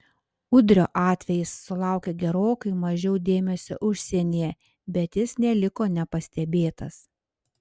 udrio atvejis sulaukė gerokai mažiau dėmesio užsienyje bet jis neliko nepastebėtas